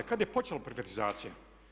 Kada je počela privatizacija.